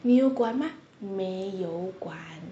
你有管吗没有管